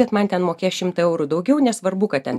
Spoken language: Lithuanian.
bet man ten mokės šimtą eurų daugiau nesvarbu kad ten